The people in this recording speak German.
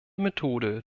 methode